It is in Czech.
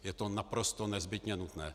Je to naprosto nezbytně nutné.